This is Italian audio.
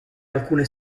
alcune